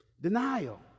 Denial